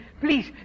please